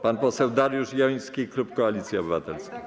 Pan poseł Dariusz Joński, klub Koalicja Obywatelska.